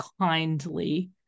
kindly